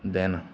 ਦਿਨ